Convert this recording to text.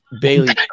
Bailey